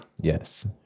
Yes